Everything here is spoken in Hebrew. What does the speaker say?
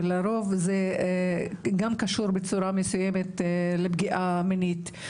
ולרוב זה גם קשור בצורה מסוימת לפגיעה מינית.